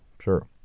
Sure